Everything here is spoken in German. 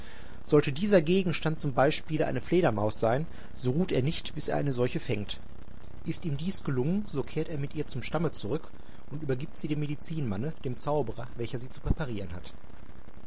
sollte dieser gegenstand zum beispiele eine fledermaus sein so ruht er nicht bis er eine solche fängt ist ihm dies gelungen so kehrt er mit ihr zum stamme zurück und übergibt sie dem medizinmanne dem zauberer welcher sie zu präparieren hat